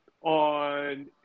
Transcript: on